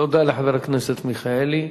תודה לחבר הכנסת מיכאלי.